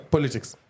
Politics